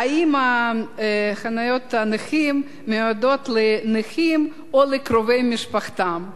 האם חניות הנכים מיועדות לנכים או לקרובי משפחתם?